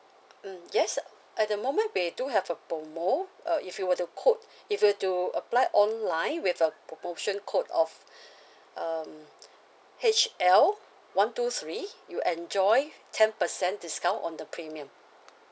um yes at the moment we do have a promo uh if you were to code if you were to apply online with a promotion code of um H L one two three you enjoy ten percent discount on the premium